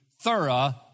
thorough